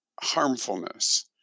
harmfulness